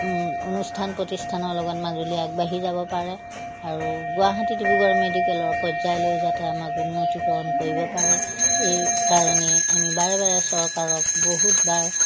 অনুষ্ঠান প্ৰতিষ্ঠানৰ লগত মাজুলী আগবাঢ়ি যাব পাৰে আৰু গুৱাহাটী ডিব্ৰুগড় মেডিকেলৰ পৰ্য্য়ায়লৈ যাতে আমাক উন্নতিকৰণ কৰিব পাৰে এই কাৰণেই আমি বাৰে বাৰে চৰকাৰক বহুতবাৰ